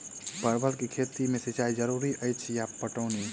परवल केँ खेती मे सिंचाई जरूरी अछि या पटौनी?